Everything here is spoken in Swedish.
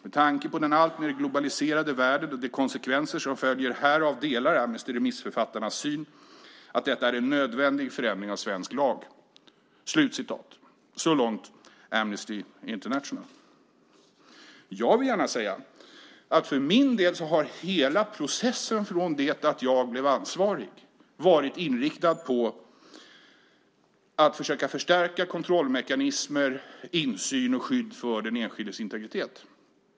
Med tanke på den alltmer globaliserade världen och de konsekvenser som följer härav delar Amnesty remissförfattarnas syn att detta är en nödvändig förändring av svensk lag. Så långt Amnesty International. Jag vill gärna säga att för min del har hela processen från det att jag blev ansvarig varit inriktad på att försöka förstärka kontrollmekanismer, insyn och skydd för den enskildes integritet.